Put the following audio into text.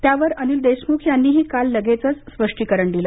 त्यावर अनिल देशमुख यांनीही काल लगेचच स्पष्टीकरण दिले